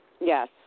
Yes